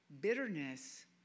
bitterness